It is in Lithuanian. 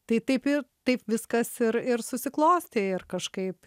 tai taip ir taip viskas ir ir susiklostė ir kažkaip